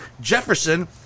Jefferson